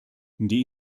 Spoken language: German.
die